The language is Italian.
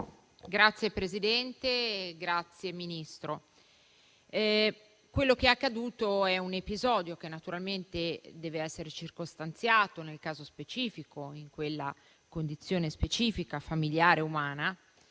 Signor Presidente, signor Ministro, quello che è accaduto è un episodio che naturalmente dev'essere circostanziato, nel caso specifico, in quella condizione specifica, familiare e umana,